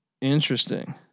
Interesting